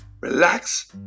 relax